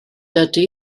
ydy